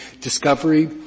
discovery